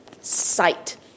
Sight